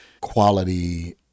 quality